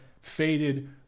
faded